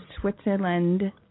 Switzerland